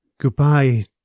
Goodbye